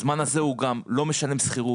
בזמן הזה הוא גם לא משלם שכירות,